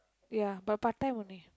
ya but part time only